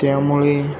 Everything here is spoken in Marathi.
त्यामुळे